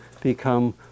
become